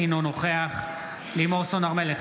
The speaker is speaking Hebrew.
אינו נוכח לימור סון הר מלך,